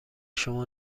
شما